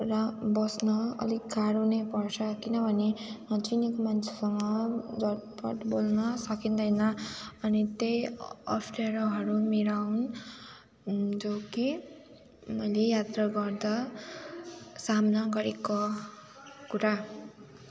रा बस्न अलिक गाह्रो नै पर्छ किनभने नचिनेको मान्छेसँग झट्पट बोल्न सकिँदैन अनि त्यही अप्ठ्याराहरू मेरा हुन् जो कि मैले यात्रा गर्दा सामना गरेका कुरा